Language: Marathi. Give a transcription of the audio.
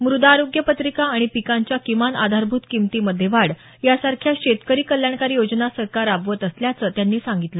मृदा आरोग्य पत्रिका आणि पिकांच्या किमान आधारभूत किंमतीमध्ये वाढ यासारख्या शेतकरी कल्याणकारी योजना सरकार राबवत असल्याचं त्यांनी सांगितलं